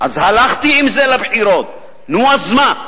אז הלכתי עם זה לבחירות, נו, אז מה?